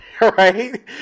Right